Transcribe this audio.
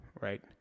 right